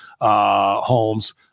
homes